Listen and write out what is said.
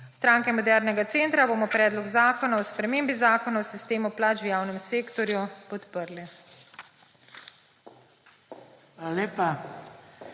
Stranke modernega centra bomo Predlog zakona o spremembi Zakona o sistemu plač v javnem sektorju podprli.